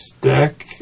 deck